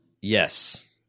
Yes